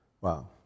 Wow